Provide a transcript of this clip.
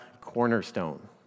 cornerstone